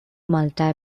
multi